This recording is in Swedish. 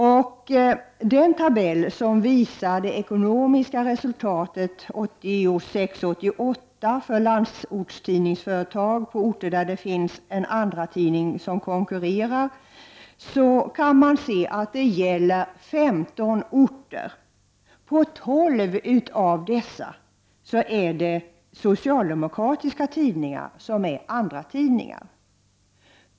Av den tabell som visar det ekonomiska resultatet 1986-1988 för landsortstidningsföretag på orter där det finns en andratidning som konkurrerar kan vi se att det gäller femton orter. På tolv av dessa är det socialdemokratiska tidningar som är andratidningar.